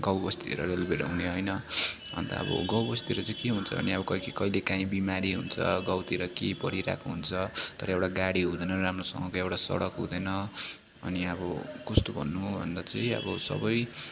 गाउँबस्तीतिर रेलवेहरू आउने होइन अन्त अब गाउँबस्तीतिर चाहिँ के हुन्छ भने अब कहीँ कहीँ अब कहिलेकाहीँ बिमारी हुन्छ गाउँतिर के परिरहेको हुन्छ तर एउटा गाडी हुँदैन राम्रोसँगको एउटा सडक हुँदैन अनि अब कस्तो भन्नु भन्दा चाहिँ अब सबै